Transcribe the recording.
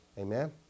Amen